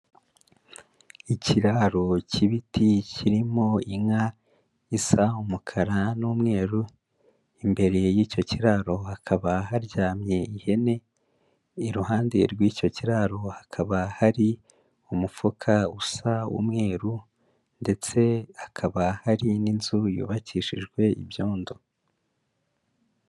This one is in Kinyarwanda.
Ikiraro cy'ibiti kirimo inka isa umukara n'umweru, imbere y'icyo kiraro hakaba haryamye ihene, iruhande rw'icyo kiraro, hakaba hari umufuka usa umweru, ndetse hakaba hari n'inzu yubakishijwe ibyondo.